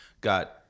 got